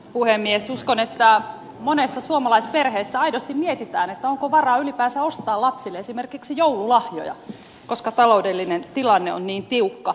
uskon että monessa suomalaisperheessä aidosti mietitään onko varaa ylipäänsä ostaa lapsille esimerkiksi joululahjoja koska taloudellinen tilanne on niin tiukka